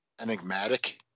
enigmatic